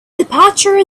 departure